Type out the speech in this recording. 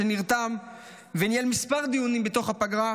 שנרתם וניהל כמה דיונים בתוך הפגרה,